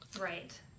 Right